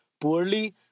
poorly